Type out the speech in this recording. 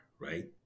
right